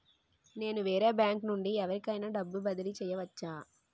నేను వేరే బ్యాంకు నుండి ఎవరికైనా డబ్బు బదిలీ చేయవచ్చా?